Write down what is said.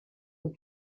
will